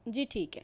جی ٹھیک ہے